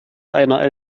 einer